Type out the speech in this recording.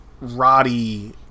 Roddy